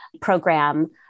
program